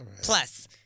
plus